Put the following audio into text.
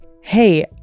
hey